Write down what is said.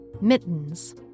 Mittens